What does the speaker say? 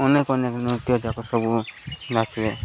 ଅନେକ ଅନେକ ନୃତ୍ୟଯାକ ସବୁ